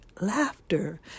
laughter